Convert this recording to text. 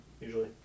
usually